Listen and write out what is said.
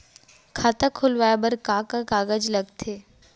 खाता खोलवाये बर का का कागज ल लगथे?